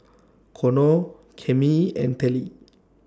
Connor Cammie and Telly